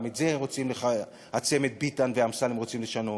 גם את זה הצוות ביטן ואמסלם רוצים לשנות.